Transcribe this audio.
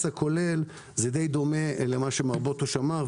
הכולל זה דומה למדי למה שמר בוטוש אמר.